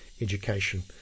education